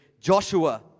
Joshua